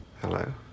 Hello